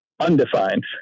undefined